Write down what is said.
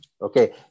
okay